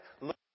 look